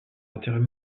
intérêts